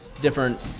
different